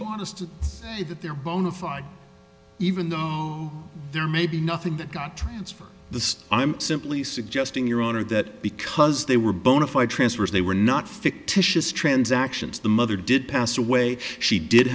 want us to see that there bonafide even though there are maybe nothing that got transferred the i'm simply suggesting your honor that because they were bonafide transfers they were not fictitious transactions the mother did pass away she did